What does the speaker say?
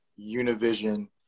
Univision